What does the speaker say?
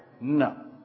No